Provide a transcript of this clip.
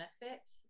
benefit